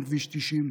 כביש 90,